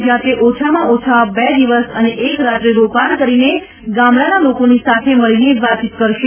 જયાં તે ઓછામાં ઓછા બે દિવસ અને એક રાત્રી રોકાણ કરીને ગામડાના લોકોની સાથે મળીને વાતચીત કરશે